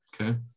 okay